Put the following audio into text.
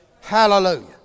Hallelujah